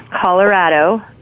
Colorado